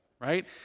right